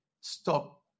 stop